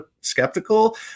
skeptical